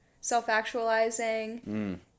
self-actualizing